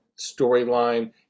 storyline